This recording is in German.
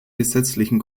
gesetzlichen